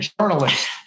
journalist